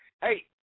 hey